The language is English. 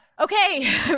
okay